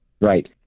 Right